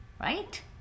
right